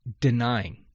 denying